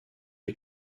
est